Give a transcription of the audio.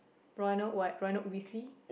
Ronald what Ronald Weasley